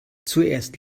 zuerst